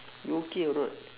you okay or not